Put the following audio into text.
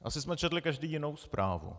Asi jsme četli každý jinou zprávu.